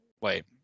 Wait